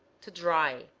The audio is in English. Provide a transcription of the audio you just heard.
to dry